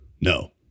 No